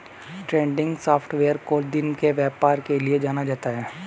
trending software को दिन के व्यापार के लिये जाना जाता है